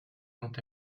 quant